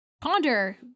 ponder